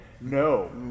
No